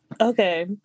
Okay